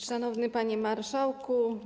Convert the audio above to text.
Szanowny Panie Marszałku!